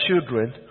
children